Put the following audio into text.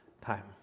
time